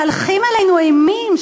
מהלכים עלינו אימים.